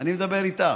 אני מדבר איתה.